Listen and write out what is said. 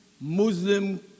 Muslim